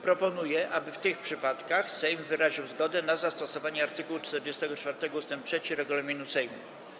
Proponuję, aby w tych przypadkach Sejm wyraził zgodę na zastosowanie art. 44 ust. 3 regulaminu Sejmu.